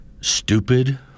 stupid